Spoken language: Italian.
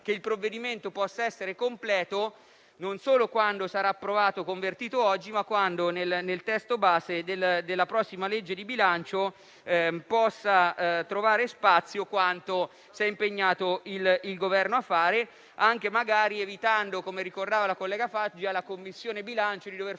che il provvedimento sarà completo non solo quando sarà approvato e convertito, cioè oggi, ma quando nel testo base della prossima legge di bilancio troverà spazio ciò che il Governo si è impegnato a fare, anche evitando, come ricordava la collega Faggi, alla Commissione bilancio di dover fare